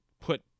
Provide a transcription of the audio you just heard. put